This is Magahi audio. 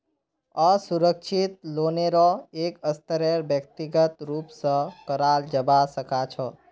असुरक्षित लोनेरो एक स्तरेर व्यक्तिगत रूप स कराल जबा सखा छ